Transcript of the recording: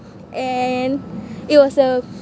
and it was a